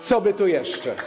Co by tu jeszcze?